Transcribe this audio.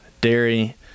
dairy